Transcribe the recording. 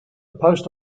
post